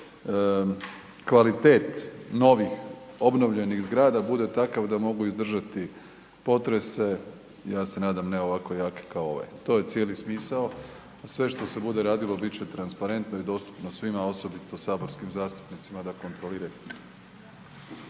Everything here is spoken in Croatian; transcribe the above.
kvalitet novih obnovljenih zgrada bude takav da mogu izdržati potrese, ja se nadam ne ovako jake kao ovaj, to je cijeli smisao. A sve što se bude radilo bit će transparentno i dostupno svima osobito saborskim zastupnicima da kontroliraju.